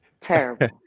Terrible